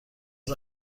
برو